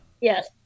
Yes